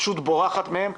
פשוט בורחת מהם,